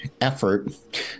effort